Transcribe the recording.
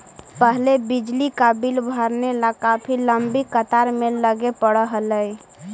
पहले बिजली का बिल भरने ला काफी लंबी कतार में लगे पड़अ हलई